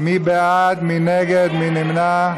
54 בעד, 57 נגד,